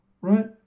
right